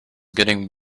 getting